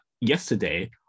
yesterday